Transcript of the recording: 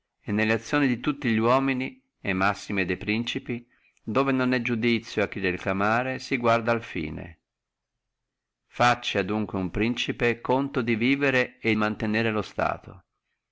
e nelle azioni di tutti li uomini e massime de principi dove non è iudizio da reclamare si guarda al fine facci dunque uno principe di vincere e mantenere lo stato